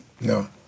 no